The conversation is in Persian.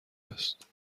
هست